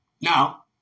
Now